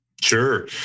Sure